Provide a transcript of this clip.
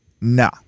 No